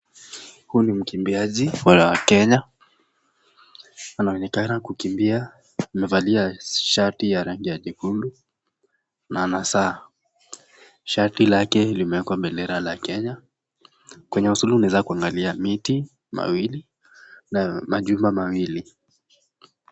Huyu ni mkimbiaji wa Kenya, anaonekana kukimbia amevalia shati ya rangi ya nyekundu, na ana saa, shati lake limeekwa bendera ya Kenya, kwenye simu unaweza kunagali miti miwili na majumba mawili.